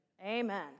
Amen